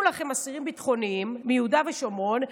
לכם אסירים ביטחוניים מיהודה ושומרון,